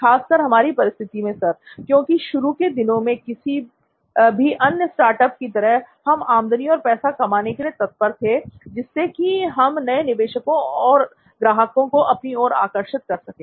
खासकर हमारी परिस्थिति मे सर क्योंकि शुरू के दिनों में किसी भी अन्य स्टार्टअप की तरह हम आमदनी करने और पैसा कमाने के लिए तत्पर थे जिससे कि हम नए निवेशको व ग्राहकों को अपनी ओर आकर्षित कर सकें